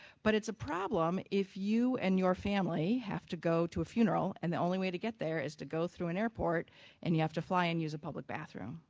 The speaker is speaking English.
but it's a problem if you and your family have to go to a funeral and the only way to get there is to go through an airport and you have to fly and use a public bathroom.